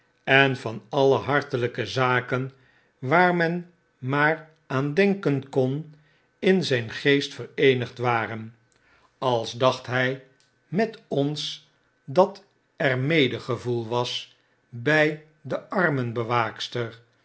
en van alle hartelijkezakenwaar men maar aan denken kon in zp geest vereenigd waren als dacht hj met ons dat er medegevoel was by de